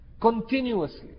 Continuously